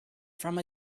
from